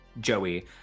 Joey